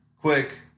Quick